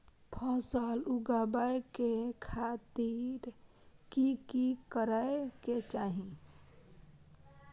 फसल उगाबै के खातिर की की करै के चाही?